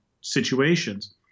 situations